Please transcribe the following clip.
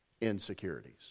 insecurities